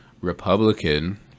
Republican